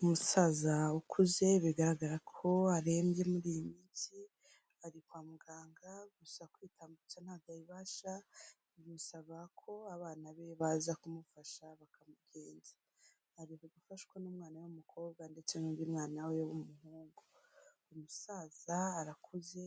Umusaza ukuze, bigaragara ko arembye muri iyi minsi, ari kwa muganga gusa kwitambutsa ntabwo abibasha, bimusaba ko abana be baza kumufasha bakamugenza. Ari gufashwa n'umwana w'umukobwa ndetse n'undi mwana we w'umuhungu. Umusaza arakuze